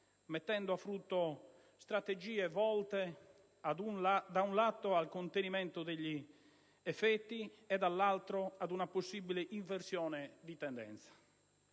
mettendo a frutto strategie volte, da un lato, al contenimento degli effetti e, dall'altro, ad una possibile inversione di tendenza.